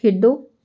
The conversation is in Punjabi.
ਖੇਡੋ